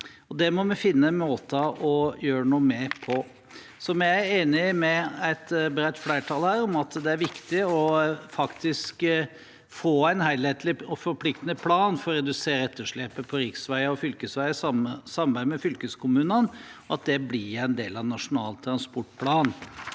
Det må vi finne en måte å gjøre noe med på. Vi er enig med et bredt flertall her om at det er viktig faktisk å få en helhetlig og forpliktende plan for å redusere etterslepet på riksveier og fylkesveier, i samarbeid med fylkeskommunene, og at det blir en del av Nasjonal transportplan.